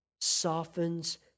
softens